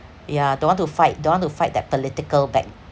yeah don't want to fight don't want to fight that political back